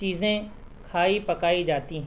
چیزیں کھائی پکائی جاتی ہیں